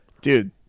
dude